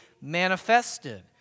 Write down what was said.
manifested